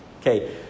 okay